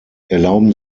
erlauben